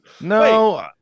No